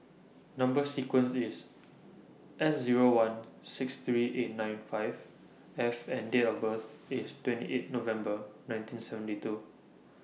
Number sequence IS S Zero one six three eight nine five F and Date of birth IS twenty eight November nineteen seventy two